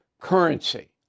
currency